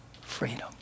freedom